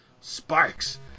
Sparks